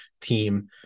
team